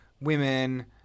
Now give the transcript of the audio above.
women